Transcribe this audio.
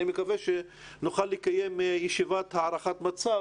אני מקווה שנוכל לקיים ישיבת הערכת מצב